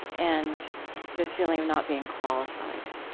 and this feeling of not being qualified.